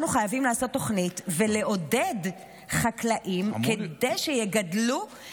אנחנו חייבים לעשות תוכנית ולעודד חקלאים כדי שיגדלו לפי הצרכים.